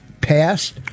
passed